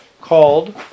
called